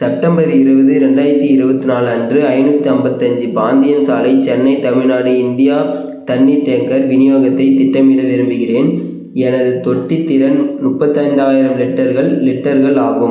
September இருபது ரெண்டாயிரத்தி இருபத்தி நாலு அன்று ஐநூற்றி ஐம்பத்தி அஞ்சு பாந்தியன் சாலை சென்னை தமிழ்நாடு இந்தியா தண்ணீர் டேக்கர் விநியோகத்தை திட்டமிட விரும்புகிறேன் எனது தொட்டி திறன் முப்பத்தைந்தாயிரம் லிட்டர்கள் லிட்டர்கள் ஆகும்